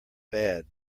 bad